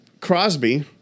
Crosby